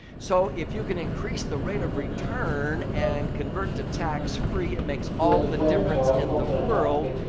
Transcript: so, if you can increase the rate of return and convert to tax-free, it makes all the difference in the world.